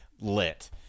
lit